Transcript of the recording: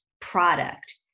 product